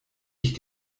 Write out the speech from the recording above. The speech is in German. ich